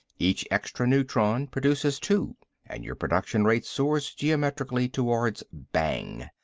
each extra neutron produces two and your production rate soars geometrically towards bang.